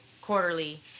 quarterly